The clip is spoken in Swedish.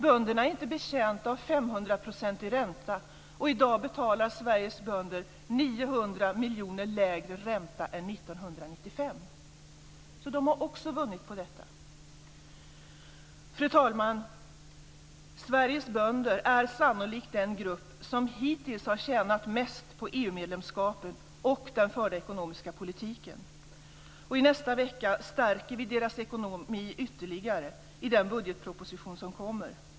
Bönderna är inte betjänta av 500 % ränta. I dag betalar Sveriges bönder 900 miljoner mindre i ränta än år 1995, så de har också vunnit på detta. Fru talman! Sveriges bönder är sannolikt den grupp som hittills har tjänat mest på EU medlemskapet och den förda ekonomiska politiken. Nästa vecka stärker vi böndernas ekonomi ytterligare i den budgetproposition som då kommer.